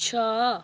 ଛଅ